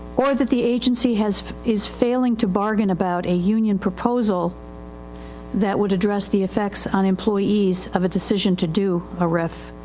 or that the agency has, is failing to bargain about a union proposal that would address the effects on employees of a decision to do a rif.